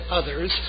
others